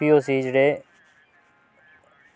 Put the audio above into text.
भी उसी जेह्ड़े